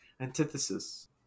antithesis